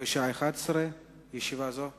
בשעה 11:00. ישיבה זו נעולה.